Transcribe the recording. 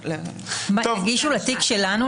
--- יגישו לתיק שלנו?